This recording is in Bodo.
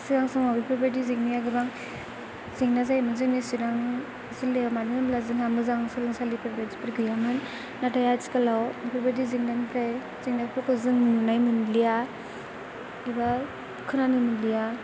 सिगां समाव बेफोरबायदि जेंनाया गोबां जेंना जायोमोन जोंनि चिरां जिल्लायाव मानो होनोब्ला जोंहा मोजां सोलोंसालिफोर बायदिफोर गैयामोन नाथाय आथिखालाव बेफोरबायदि जेंनानिफ्राय जेंनाफोरखौ जों नुनाय मोनलिया एबा खोनानो मोनलिया